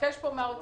לבקש פה מהאוצר,